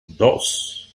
dos